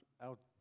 out